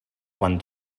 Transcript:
quan